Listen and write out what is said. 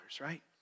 right